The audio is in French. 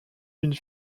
une